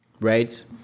right